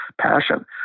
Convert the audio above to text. passion